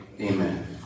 Amen